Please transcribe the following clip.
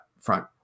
front